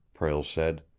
prale said.